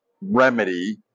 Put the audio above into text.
remedy